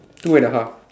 two and a half